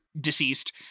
deceased